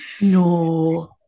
no